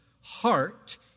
heart